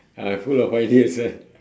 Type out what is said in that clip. ah full of ideas ah